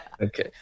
Okay